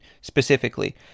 specifically